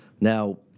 Now